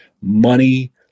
Money